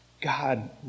God